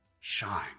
shine